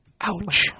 Ouch